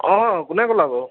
অঁ কোনে ক'লা বাৰু